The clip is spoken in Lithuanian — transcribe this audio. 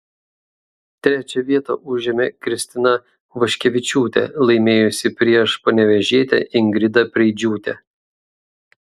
trečią vietą užėmė kristina vaškevičiūtė laimėjusi prieš panevėžietę ingridą preidžiūtę